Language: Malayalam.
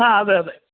ആ അതെ അതെ